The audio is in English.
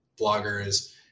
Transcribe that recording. bloggers